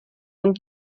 und